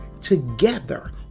together